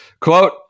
quote